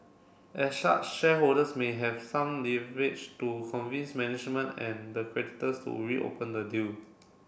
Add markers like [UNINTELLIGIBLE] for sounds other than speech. as [UNINTELLIGIBLE] shareholders may have some leverage to convince management and the creditors to reopen the deal